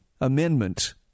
amendment